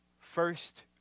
first